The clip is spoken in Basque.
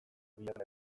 bilatzen